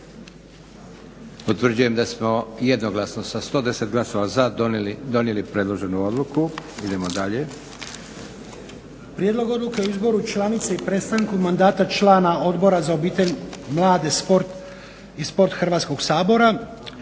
Utvrđujem da smo jednoglasno sa 110 glasova za donijeli predloženu odluku. Idemo dalje. **Lučin, Šime (SDP)** Prijedlog odluke o izboru članice i prestanku mandata člana Odbora za obitelj, mlade, sport Hrvatskog sabora.